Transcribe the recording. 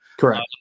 Correct